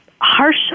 harsh